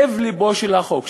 לב-לבו של החוק,